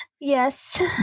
Yes